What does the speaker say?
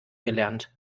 gelernt